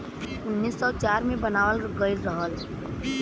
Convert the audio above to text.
उन्नीस सौ चार मे बनावल गइल रहल